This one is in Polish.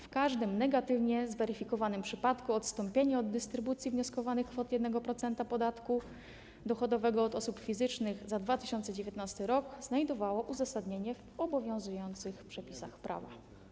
W każdym negatywnie zweryfikowanym przypadku odstąpienie od dystrybucji wnioskowanych kwot 1% podatku dochodowego od osób fizycznych za 2019 r. znajdowało uzasadnienie w obowiązujących przepisach prawa.